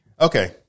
Okay